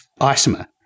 isomer